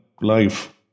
life